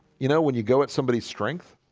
you know when you go at somebody's strength